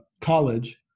college